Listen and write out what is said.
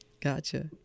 Gotcha